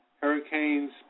hurricanes